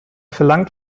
verlangt